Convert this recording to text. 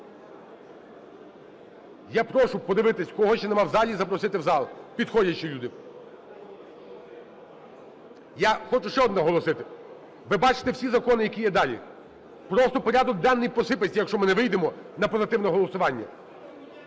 Я прошу подивитись кого ще немає в залі і запросити в зал, підходять ще люди. Я хочу ще одне голосити, ви бачите всі закони, які є далі. Просто порядок денний посиплеться, якщо ми не вийдемо на позитивне голосування.